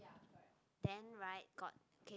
then right got okay